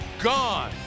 gone